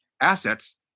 assets